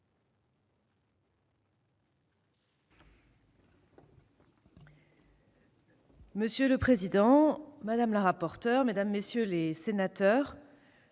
Monsieur le président, madame la rapporteure, mesdames, messieurs les sénateurs,